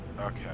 okay